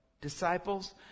disciples